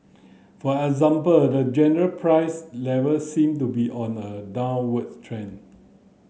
for example the general price level seem to be on a downwards trend